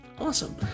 Awesome